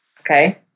okay